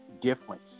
difference